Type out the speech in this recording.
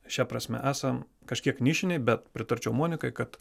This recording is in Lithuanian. šia prasme esam kažkiek nišiniai bet pritarčiau monikai kad